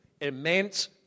Immense